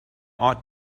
ought